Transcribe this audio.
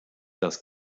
das